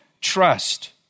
trust